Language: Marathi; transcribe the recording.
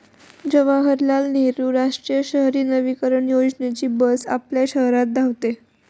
जवाहरलाल नेहरू राष्ट्रीय शहरी नवीकरण योजनेची बस आपल्या शहरात धावते